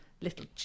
little